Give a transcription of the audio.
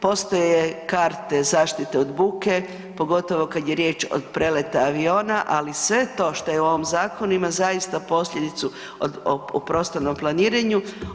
Postoje karte zaštite od buke pogotovo kad je riječ od preleta aviona, ali sve to što je u ovom zakonu ima zaista posljedicu u prostornom planiranju.